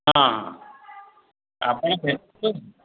ହଁ ଆପଣ ଫେରୁଛ